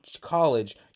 COLLEGE